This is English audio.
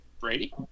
Brady